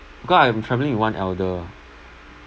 because I am travelling with one elder ah